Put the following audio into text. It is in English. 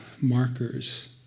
markers